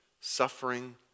suffering